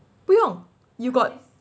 不用 you've got